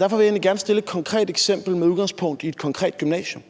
Derfor vil jeg egentlig gerne stille et konkret spørgsmål med udgangspunkt i et konkret gymnasium: